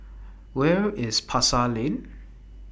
Where IS Pasar Lane